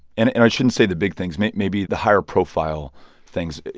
and and i shouldn't say the big things maybe the higher-profile things.